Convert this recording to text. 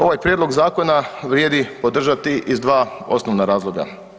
Ovaj prijedlog zakona vrijedi podržati iz dva osnovna razloga.